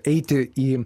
eiti į